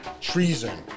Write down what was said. treason